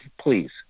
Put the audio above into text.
please